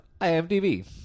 IMDb